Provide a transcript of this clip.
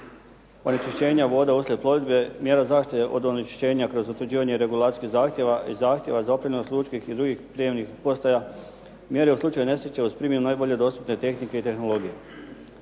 onečišćenja voda uslijed plovidbe, mjera zaštite od onečišćenja kroz utvrđivanje regulacijskih zahtjeva i zahtjeva za opremljenost lučkih i drugih prijemnih postaja, mjere u slučaju nesreća uz primjenu najbolje dostupne tehnike i tehnologije.